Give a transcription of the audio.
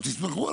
אז אולי יש הסכם,